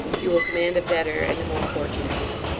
you will command a better, and a more fortunate one.